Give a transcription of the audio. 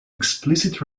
explicit